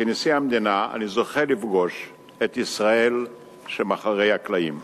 כנשיא המדינה אני זוכה לפגוש את ישראל שמאחורי הקלעים.